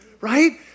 Right